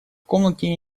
комнате